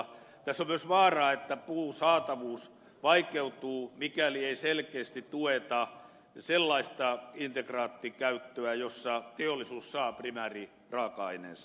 tässä on myös vaara että puun saatavuus vaikeutuu mikäli ei selkeästi tueta sellaista integraattikäyttöä jossa teollisuus saa primääriraaka aineensa